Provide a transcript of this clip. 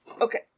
Okay